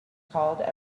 called